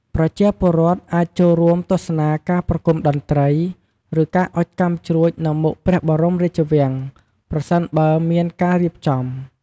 ប្រជាពលរដ្ឋអាចចូលរួមទស្សនាការប្រគំតន្ត្រី ឬការអុជកាំជ្រួចនៅមុខព្រះបរមរាជវាំង ប្រសិនបើមានការរៀបចំ។